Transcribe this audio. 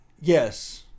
yes